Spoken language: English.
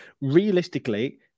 realistically